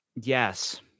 Yes